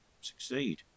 succeed